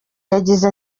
yagize